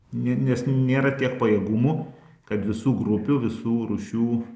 ne nes nėra tiek pajėgumų kad visų grupių visų rūšių